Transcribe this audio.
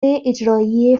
اجرایی